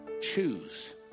Choose